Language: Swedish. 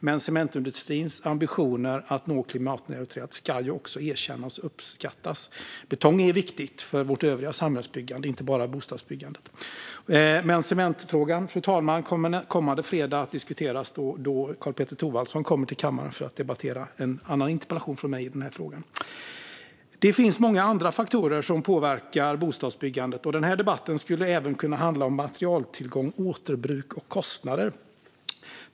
Men cementindustrins ambitioner att nå klimatneutralitet ska också erkännas och uppskattas. Betong är viktigt för vårt övriga samhällsbyggande, inte bara bostadsbyggandet. Cementfrågan, fru talman, kommer att diskuteras även kommande fredag då Karl-Petter Thorwaldsson kommer till kammaren för att debattera en annan interpellation från mig i denna fråga. Det finns många andra faktorer som påverkar bostadsbyggandet. Den här debatten skulle även kunna handla om materialtillgång, återbruk och kostnader.